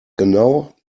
genau